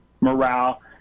morale